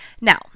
Now